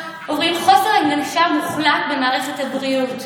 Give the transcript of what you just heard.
סובלים מחוסר הנגשה מוחלט במערכת הבריאות.